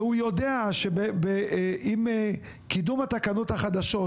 והוא יודע שעם קידום התקנות החדשות,